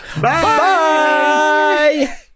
Bye